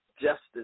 justice